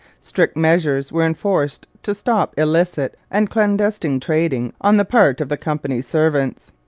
strict measures were enforced to stop illicit and clandestine trading on the part of the company's servants.